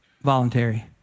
voluntary